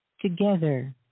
Together